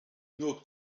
nur